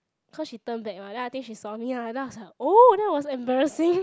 cause she turn back mah then I think she saw me lah then I was like oh that was embarrassing